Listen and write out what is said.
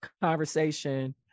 conversation